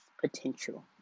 potential